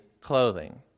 clothing